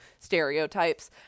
stereotypes